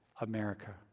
America